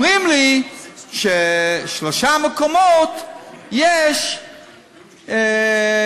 אומרים לי שבשלושה מקומות יש זיהום,